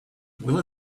will